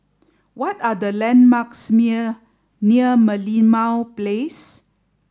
what are the landmarks near Merlimau Place